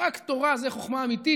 רק תורה זו חוכמה אמיתית,